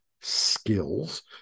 skills